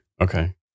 Okay